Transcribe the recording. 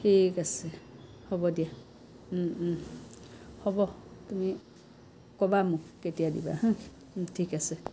ঠিক আছে হ'ব দিয়া হ'ব তুমি ক'বা মোক কেতিয়া দিবা হাঁ ঠিক আছে